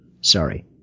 Sorry